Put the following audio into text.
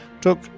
took